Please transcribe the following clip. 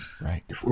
right